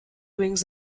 wings